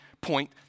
point